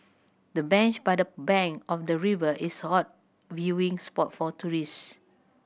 the bench by the bank of the river is hot viewing spot for tourists